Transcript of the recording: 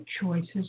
choices